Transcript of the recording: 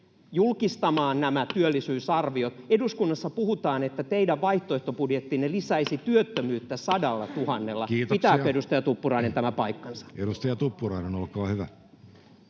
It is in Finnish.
julkistamaan nämä työllisyysarviot? Eduskunnassa puhutaan, että teidän vaihtoehtobudjettinne lisäisi työttömyyttä sadallatuhannella. Pitääkö, edustaja Tuppurainen, tämä paikkansa? Kiitoksia. — Edustaja Tuppurainen, olkaa hyvä.